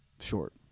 short